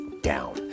Down